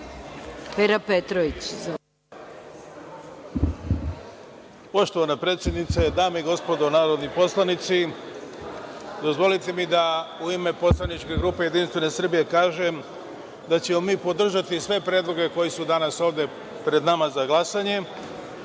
**Petar Petrović** Poštovana predsednice, dame i gospodo narodni poslanici, dozvolite mi da u ime poslaničke grupe Jedinstvene Srbije kažem da ćemo mi podržati sve predloge koji su danas ovde pred nama za glasanje,